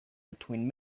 between